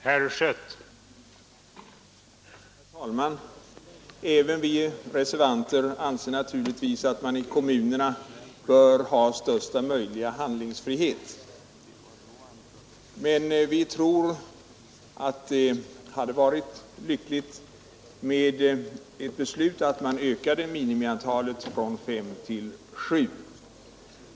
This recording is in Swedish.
Herr talman! Även vi reservanter anser att man ute i kommunerna bör ha största möjliga handlingsfrihet, men vi tror trots detta att det vore lyckligt med ett beslut om att öka minimiantalet ledamöter i de nämnder det här gäller från fem till sju.